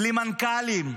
בלי מנכ"לים,